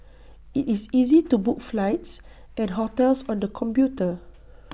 IT is easy to book flights and hotels on the computer